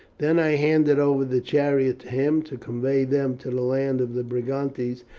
then i handed over the chariot to him, to convey them to the land of the brigantes,